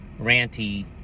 ranty